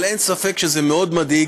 אבל אין ספק שזה מאוד מדאיג,